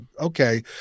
okay